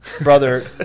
brother